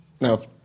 No